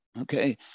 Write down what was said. Okay